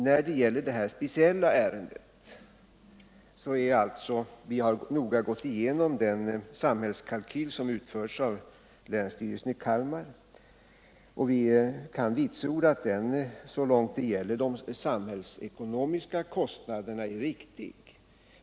När det gäller det här speciella ärendet har vi alltså noga gått igenom den samhällskalkyl som utförts av länsstyrelsen i Kalmar, och vi kan vitsorda att den så långt det gäller de samhällsekonomiska kostnaderna är riktig.